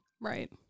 Right